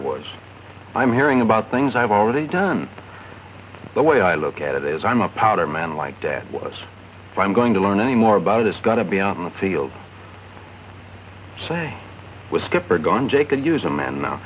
was i'm hearing about things i've already done the way i look at it is i'm a powder man like dad was i'm going to learn any more about it it's got to be on the field say with skipper gone jay can use a man now